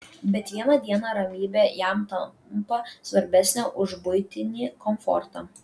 bet vieną dieną ramybė jam tampa svarbesnė už buitinį komfortą